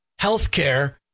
healthcare